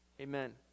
amen